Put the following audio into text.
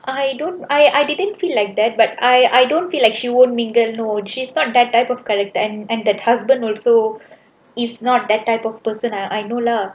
I don't I I didn't feel like that but I I don't feel like she won't mingle no she's not that type of character and and the husband also is not that type of person I I know lah